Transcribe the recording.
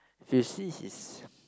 if you see his